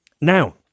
Now